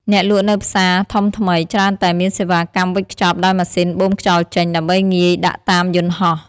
អ្នកលក់នៅផ្សារធំថ្មីច្រើនតែមានសេវាកម្មវេចខ្ចប់ដោយម៉ាស៊ីនបូមខ្យល់ចេញ ដើម្បីងាយដាក់តាមយន្តហោះ។